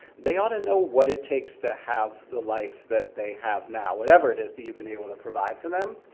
they ought to know what it takes to have the life that they have now, whatever it is that you've been able to provide for them.